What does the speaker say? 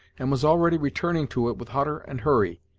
and was already returning to it with hutter and hurry.